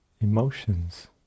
emotions